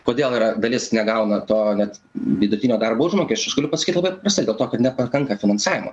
kodėl yra dalis negauna to net vidutinio darbo užmokesčio aš galiu pasakyt labai paprastai dėl to nepakanka finansavimo